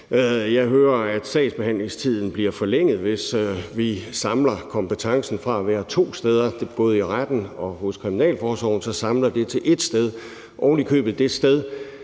Jeg hører, at sagsbehandlingstiden bliver forlænget, hvis vi samler kompetencen fra at være to steder – både i retten og hos kriminalforsorgen – til at være ét sted; ovenikøbet det sted,